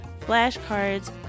flashcards